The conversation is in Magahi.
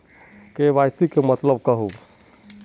के.वाई.सी के मतलब केहू?